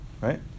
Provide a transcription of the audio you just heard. right